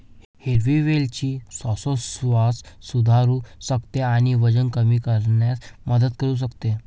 हिरवी वेलची श्वासोच्छवास सुधारू शकते आणि वजन कमी करण्यास मदत करू शकते